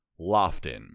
Lofton